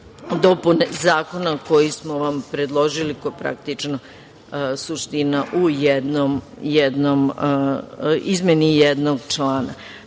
dopune zakona koji smo vam predložili, to je, praktično, suština u izmeni jednog člana. Ovaj